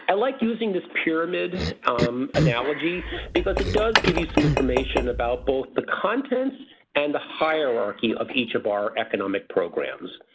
and like using this pyramid um analogy because it does give you some information about both the content and the hierarchy of each of our economic programs.